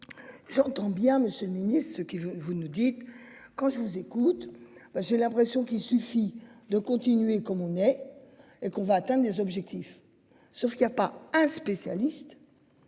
J'entends bien Monsieur le Ministre, ce qui vous nous dites quand je vous écoute. J'ai l'impression qu'il suffit de continuer comme on est et qu'on va atteint des objectifs sur ce qu'il y a pas un spécialiste.